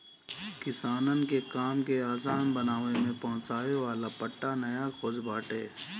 किसानन के काम के आसान बनावे में पहुंचावे वाला पट्टा नया खोज बाटे